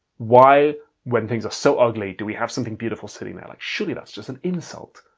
why when things are so ugly do we have something beautiful sitting there? like surely that's just an insult.